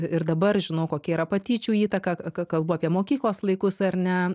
ir dabar žinau kokia yra patyčių įtaka k kalbu apie mokyklos laikus ar ne